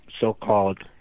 so-called